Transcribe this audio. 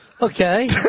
Okay